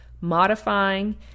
Modifying